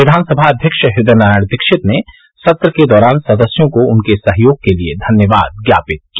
विधानसभा अध्यक्ष हृदय नारायण दीक्षित ने सत्र के दौरान सदस्यों को उनके सहयोग के लिये धन्यवाद् ज्ञापित किया